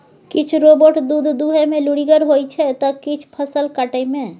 किछ रोबोट दुध दुहय मे लुरिगर होइ छै त किछ फसल काटय मे